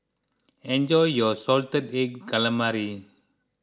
enjoy your Salted Egg Calamari